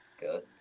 Good